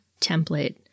template